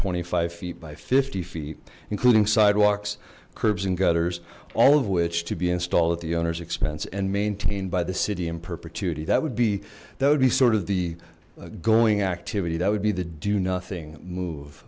twenty five feet by fifty feet including sidewalks curbs and gutters all of which to be installed at the owner's expense and maintained by the city in perpetuity that would be that would be sort of the going activity that would be the do nothing